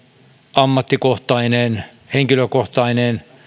ammattikohtainen henkilökohtainen